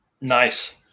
Nice